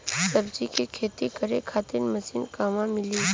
सब्जी के खेती करे खातिर मशीन कहवा मिली?